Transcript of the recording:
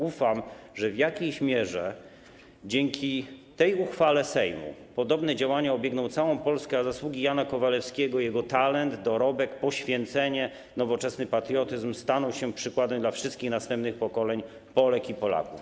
Ufam, że w jakiejś mierze dzięki tej uchwale Sejmu podobne działania obiegną całą Polskę, a zasługi Jana Kowalewskiego, jego talent, dorobek, poświęcenie, nowoczesny patriotyzm staną się przykładem dla wszystkich następnych pokoleń Polek i Polaków.